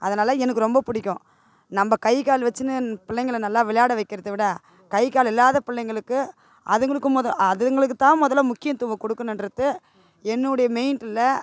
அதனால எனக்கு ரொம்ப பிடிக்கும் நம்ம கை கால் வெச்சுன்னு பிள்ளைங்கள நல்லா விளையாட வைக்கிறத விட கை கால் இல்லாத பிள்ளைங்களுக்கு அதுங்களுக்கு மொதல் அதுங்களுக்குதான் முதல்ல முக்கியத்துவம் கொடுக்கணுன்றது என்னுடைய மெயின்